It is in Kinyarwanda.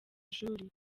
ishuli